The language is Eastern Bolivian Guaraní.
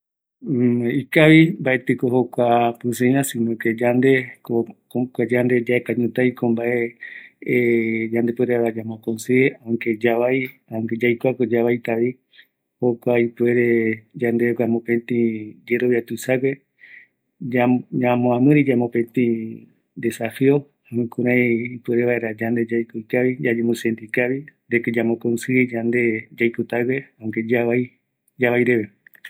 Kua yaiko ramboeve, ikaviko ñamae yaupitɨ vaera, yaesa reve yavai, erei oime yave köreï jare yaupitɨ yave, jaqeko oïmeta yerovia, erei mbaetɨ reeka yave jaeko taikue rupi repɨtata jokua mbiatɨtɨ ndive